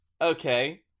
Okay